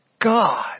God